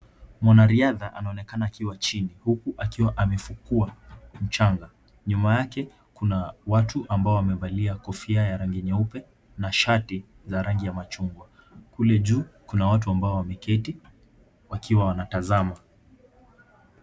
Mwanariadha anaonekana akiwa chini huku akiwa amefukua mchanga. Nyuma yake kuna watu waliovalia kofia ya rangi nyeupe na shati za rangi ya machungwa. Kule juu kuna watu ambao wameketi wakiwa wanatazama.